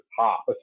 top